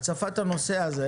הצפת הנושא הזה